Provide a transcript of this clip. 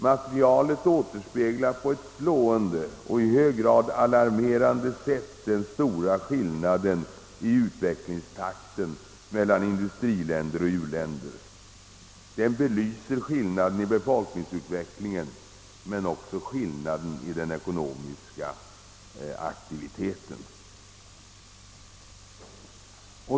Materialet återspeglar på ett slående och i hög grad alarmerande sätt den stora skillnaden i utvecklingstakten mellan industriländer och u-länder. Det belyser skillnaden i befolkningsutvecklingen men också skillnaden i den ekonomiska aktiviteten.